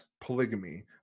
polygamy